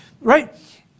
right